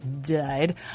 died